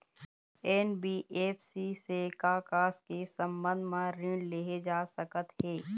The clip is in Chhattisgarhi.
एन.बी.एफ.सी से का का के संबंध म ऋण लेहे जा सकत हे?